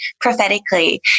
prophetically